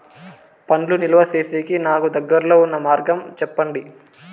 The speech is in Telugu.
పండ్లు నిలువ సేసేకి నాకు దగ్గర్లో ఉన్న మార్గం చెప్పండి?